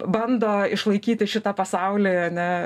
bando išlaikyti šitą pasaulį ane